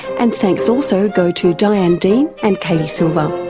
and thanks also go to diane dean and katie silver.